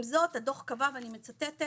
עם זאת, החוק קבע, ואני מצטטת: